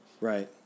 Right